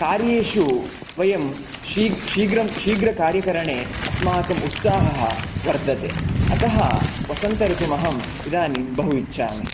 कार्येषु वयं शीग्रकार्यकरणे अस्माकम् उत्साहः वर्धते अतः वसन्त ऋतुम् अहम् इदानीं बहु इच्छामि